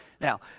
Now